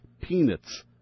Peanuts